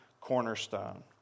cornerstone